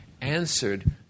answered